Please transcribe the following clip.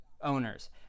owners